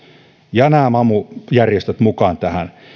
ja nämä mamu järjestöt mukaan tähän